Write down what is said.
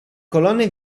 colonne